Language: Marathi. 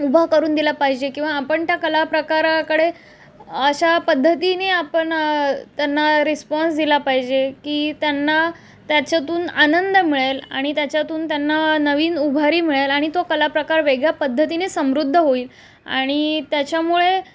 उभा करून दिला पाहिजे किंवा आपण त्या कलाप्रकाराकडे अशा पद्धतीने आपण त्यांना रिस्पॉन्स दिला पाहिजे की त्यांना त्याच्यातून आनंद मिळेल आणि त्याच्यातून त्यांना नवीन उभारी मिळेल आणि तो कलाप्रकार वेगळ्या पद्धतीने समृद्ध होईल आणि त्याच्यामुळे